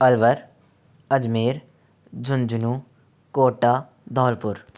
Alwar Ajmer Jhunjhunu Kota Dholpur